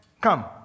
come